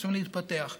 רוצים להתפתח.